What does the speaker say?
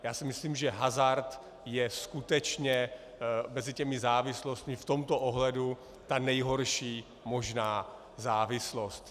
Já si myslím, že hazard je skutečně mezi závislostmi v tomto ohledu ta nejhorší možná závislost.